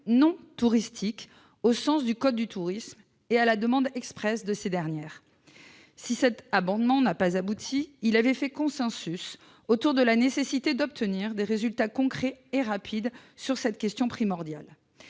non touristiques au sens du code du tourisme, à la demande expresse de ces dernières. Cet amendement n'a pas abouti, mais la nécessité d'obtenir des résultats concrets et rapides sur cette question primordiale